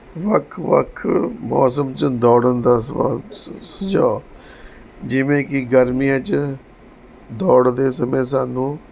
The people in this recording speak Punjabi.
ਵੱਖ ਵੱਖ ਮੌਸਮ 'ਚ ਦੋੜਨ ਦਾ ਸਵਾਦ ਸੁ ਸੁਝਾਅ ਜਿਵੇਂ ਕੀ ਗਰਮੀਆਂ 'ਚ ਦੌੜਦੇ ਸਮੇਂ ਸਾਨੂੰ